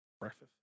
Breakfast